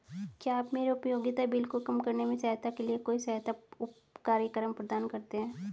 क्या आप मेरे उपयोगिता बिल को कम करने में सहायता के लिए कोई सहायता कार्यक्रम प्रदान करते हैं?